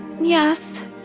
Yes